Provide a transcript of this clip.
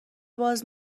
باز